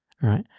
right